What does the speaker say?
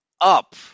up